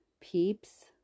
peeps